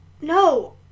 no